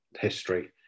history